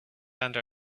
under